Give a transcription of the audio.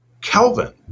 Kelvin